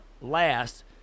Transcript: last